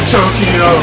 Tokyo